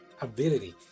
ability